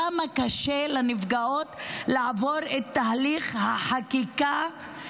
כמה קשה לנפגעות לעבור את תהליך החקירה,